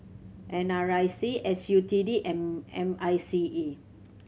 N R I C S U T D M M I C E